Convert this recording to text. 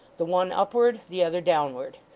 the one upward, the other downward,